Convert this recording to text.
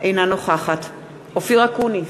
אינה נוכחת אופיר אקוניס,